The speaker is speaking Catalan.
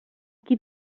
qui